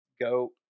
go